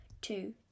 two